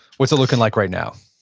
what's it looking like right now?